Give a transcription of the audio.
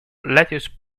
lettuce